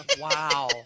Wow